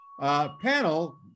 Panel